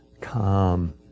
calm